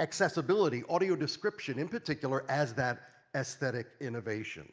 accessibility, audio description in particular, as that aesthetic innovation?